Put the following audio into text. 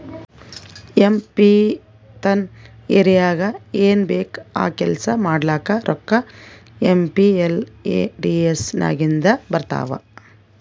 M P ತನ್ ಏರಿಯಾಗ್ ಏನ್ ಬೇಕ್ ಆ ಕೆಲ್ಸಾ ಮಾಡ್ಲಾಕ ರೋಕ್ಕಾ ಏಮ್.ಪಿ.ಎಲ್.ಎ.ಡಿ.ಎಸ್ ನಾಗಿಂದೆ ಬರ್ತಾವ್